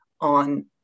on